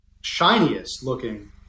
shiniest-looking